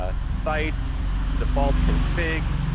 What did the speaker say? ah sites default config,